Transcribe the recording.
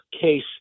case